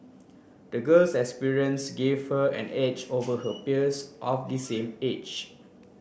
the girl's experience gave her an edge over her peers of the same age